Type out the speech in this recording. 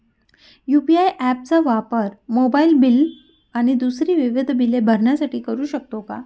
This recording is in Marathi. यू.पी.आय ॲप चा वापर मोबाईलबिल आणि दुसरी विविध बिले भरण्यासाठी करू शकतो का?